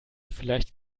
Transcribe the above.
vielleicht